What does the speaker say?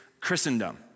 Christendom